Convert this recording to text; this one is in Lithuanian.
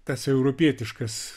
tas europietiškas